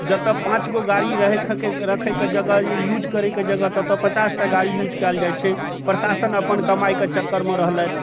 जतऽ पाँचगो गाड़ी रहै रखैके जगह अइ यूज करैके जगह ततऽ पचास टा गाड़ी यूज कयल जाइ छै प्रसाशन अपन कमाइके चक्करमे रहलथि